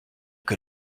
que